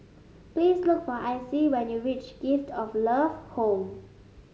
please look for Icey when you reach Gift of Love Home